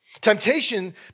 Temptation